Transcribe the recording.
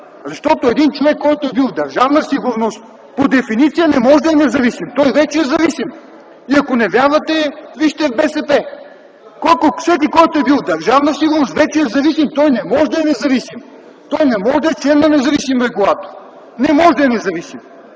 Защото един човек, който е бил в Държавна сигурност, по дефиниция не може да е независим. Той вече е зависим. Ако не вярвате, вижте в БСП. Всеки, който е бил в Държавна сигурност, вече е зависим. Той не може да е независим. Той не може да е член на независим регулатор. Не може да е независим!